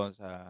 sa